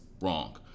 Wrong